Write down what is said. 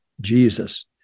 Jesus